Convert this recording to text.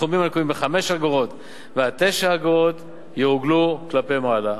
סכומים הנקובים מ-5 אגורות ועד 9 אגורות יעוגלו כלפי מעלה,